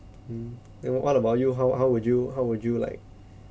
mm then what about you how how would you how would you like